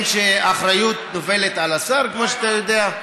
יש דברים שהאחריות נופלת על השר, כמו שאתה יודע.